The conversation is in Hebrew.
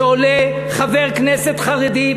שעולה חבר כנסת חרדי,